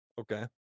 Okay